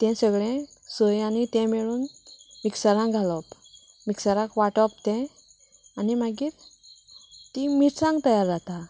तें सगळे सोय आनी तें मेळून मिक्सरा घालप मिक्सराक वाटप तें आनी मागीर ती मिरसांग तयार जाता